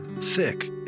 thick